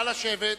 נא לשבת,